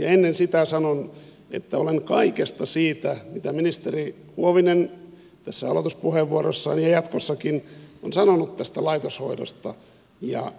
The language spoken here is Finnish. ja ennen sitä sanon että olen kaikesta siitä mitä ministeri huovinen tässä aloituspuheenvuorossaan ja jatkos sakin on sanonut tästä laitoshoidosta